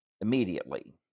immediately